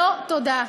לא, תודה.